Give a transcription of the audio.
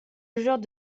genre